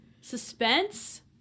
suspense